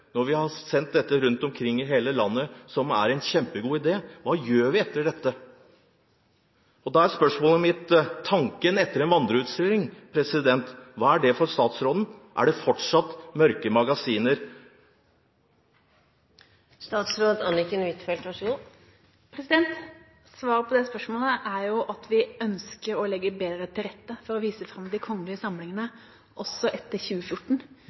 når vi har sendt dette rundt omkring i hele landet, som er en kjempegod idé – hva gjør vi etter dette? Da er spørsmålet mitt: Hva er statsrådens tanke etter vandreutstillingen? Er det fortsatt mørke magasiner? Svaret på det spørsmålet er at vi ønsker å legge bedre til rette for å vise fram de kongelige samlingene også etter 2014.